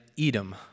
Edom